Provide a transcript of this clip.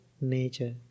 Nature